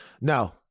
No